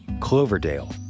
Cloverdale